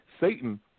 Satan